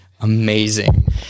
amazing